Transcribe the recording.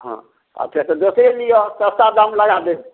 हाँ अच्छा तऽ दोसरे लिअ सस्ता दाम लगा देब